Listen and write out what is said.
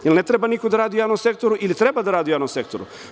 Jel ne treba niko da radi u javnom sektoru ili treba da radi u javnom sektoru?